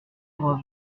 robe